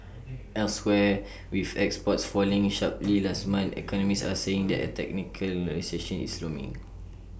elsewhere with exports falling sharply last month economists are saying that A technical recession is looming